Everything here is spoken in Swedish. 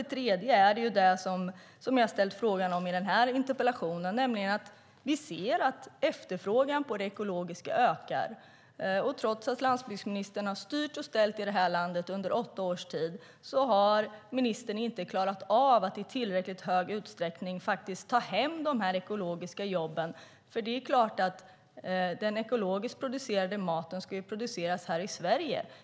Det handlar också om det som jag har ställt frågan om i denna interpellation, nämligen att vi ser att efterfrågan på det ekologiska ökar. Trots att landsbygdsministern har styrt och ställt i det här landet under åtta års tid har ministern inte klarat av att i tillräckligt stor utsträckning ta hem de ekologiska jobben. Det är klart att den ekologiskt producerade maten ska produceras här i Sverige.